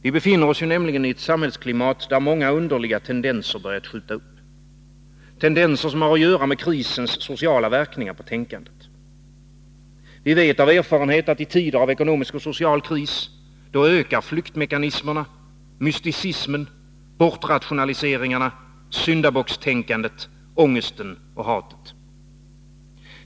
Vi befinner oss nämligen i ett samhällsklimat där många underliga tendenser börjar skjuta upp, tendenser som har att göra med krisens sociala verkningar på tänkandet. Vi vet av erfarenhet att i tider av ekonomisk och social kris ökar flyktmekanismerna, mysticismen, bortrationaliseringarna, syndabockstänkandet, ångesten och hatet.